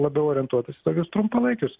labiau orientuotas į tokius trumpalaikius